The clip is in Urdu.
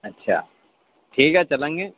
اچھا ٹھیک ہے چلیں گے